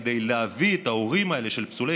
כדי להביא לארץ את ההורים האלה של פסולי